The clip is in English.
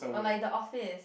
or like the office